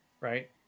right